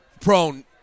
Prone